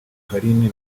carine